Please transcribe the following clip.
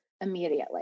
immediately